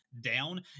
down